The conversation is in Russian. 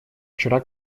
вчера